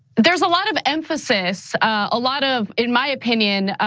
there's a lot of emphasis, a lot of, in my opinion,